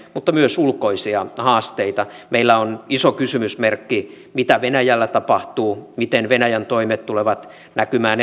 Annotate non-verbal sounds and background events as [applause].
mutta myös ulkoisia haasteita meillä on iso kysymysmerkki mitä venäjällä tapahtuu miten venäjän toimet tulevat näkymään [unintelligible]